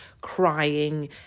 crying